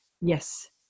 Yes